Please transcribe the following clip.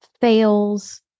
fails